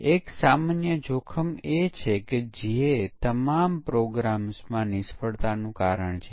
ખરેખર ત્યાં 4 સ્તરો છે જેના પર પરીક્ષણ કરવાની જરૂર છે